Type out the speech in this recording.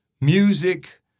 music